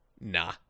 Nah